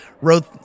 wrote